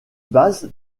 base